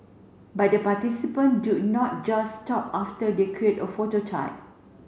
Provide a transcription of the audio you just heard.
but the participant do not just stop after they create a phototype